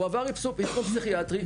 הוא עבר אבחון פסיכיאטרי,